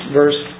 verse